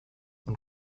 und